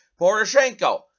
Poroshenko